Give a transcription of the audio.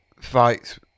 fights